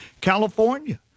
California